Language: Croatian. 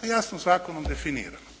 To je jasno zakonom definirano.